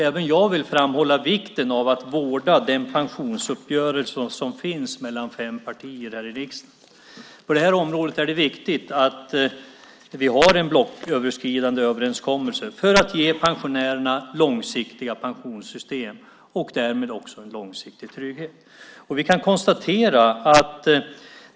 Även jag vill framhålla vikten av att vårda den pensionsuppgörelse som finns mellan fem partier i riksdagen. På detta område är det viktigt att vi har en blocköverskridande överenskommelse för att kunna ge pensionärerna långsiktiga pensionssystem och därmed också långsiktig trygghet.